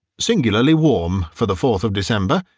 singularly warm for the fourth of december,